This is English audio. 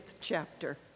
chapter